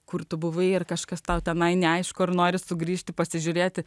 kur tu buvai ar kažkas tau tenai neaišku ar nori sugrįžti pasižiūrėti